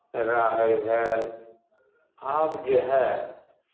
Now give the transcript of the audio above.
राहरि भेल आब जे हए